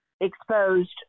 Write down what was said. exposed